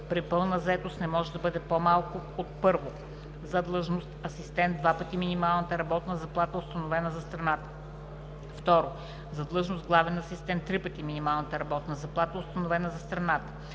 при пълна заетост не може да бъде по-малко от: 1. за длъжност „асистент“ – два пъти минималната работна заплата, установена за страната; 2. за длъжност „главен асистент“ – три пъти минималната работна заплата, установена за страната;